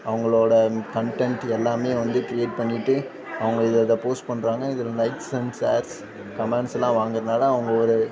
அவங்களோட கன்டென்ட் எல்லாம் வந்து க்ரியேட் பண்ணிவிட்டு அவங்க இதை இதை போஸ்ட் பண்ணுறாங்க இதில் லைக்ஸ் அண்ட் ஷேர்ஸ் கமேண்ட்ஸ் எல்லாம் வாங்குறதுனால் அவங்க ஒரு